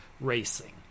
racing